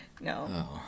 No